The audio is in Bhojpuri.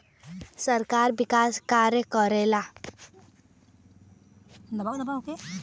सरकार विकास कार्य करला